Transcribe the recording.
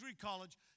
College